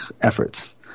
efforts